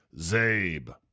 Zabe